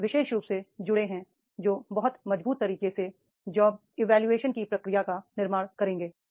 ये विशेष रूप से जुड़े हैं जो बहुत मजबूत तरीके से जॉब इवोल्यूशन की प्रक्रिया का निर्माण करेंगे